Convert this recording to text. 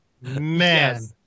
Man